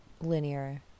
linear